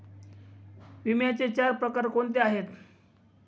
विम्याचे चार प्रकार कोणते आहेत?